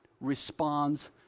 responds